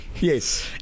Yes